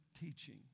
teaching